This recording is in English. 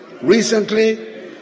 Recently